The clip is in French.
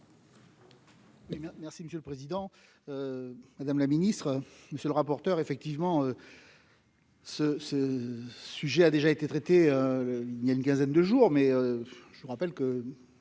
Merci monsieur le président, madame la ministre, monsieur le rapporteur effectivement. Ce ce. Sujet a déjà été traité il y a une quinzaine de jours mais je vous rappelle qu'il